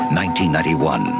1991